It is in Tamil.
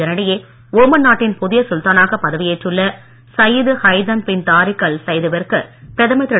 இதனிடையே ஓமன் நாட்டின் புதிய சுல்தானாக பதவியேற்றுள்ள Sayyid Haitham bin Tariq Al Said விற்கு பிரதமர் திரு